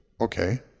okay